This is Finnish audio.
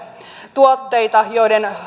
tuotteita joiden